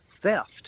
theft